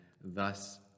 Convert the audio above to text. thus